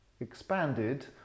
expanded